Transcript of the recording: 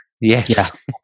Yes